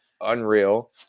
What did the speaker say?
unreal